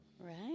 Right